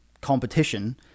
competition